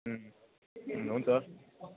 हुन्छ